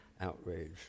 outrage